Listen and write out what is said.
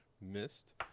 missed